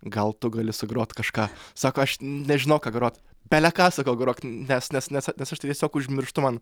gal tu gali sugrot kažką sako aš nežinau ką grot bele ką sakau grok nes nes nes aš tai tiesiog užmirštu man